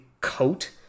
coat